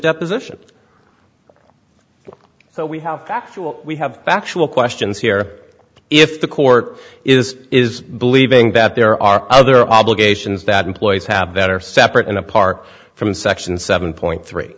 deposition so we have facts we have factual questions here if the court is believing that there are other obligations that employees have that are separate and apart from section seven point three